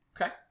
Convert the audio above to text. Okay